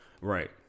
Right